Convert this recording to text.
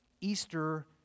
Easter